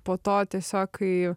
po to tiesiog kai